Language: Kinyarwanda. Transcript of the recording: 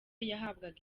yahabwaga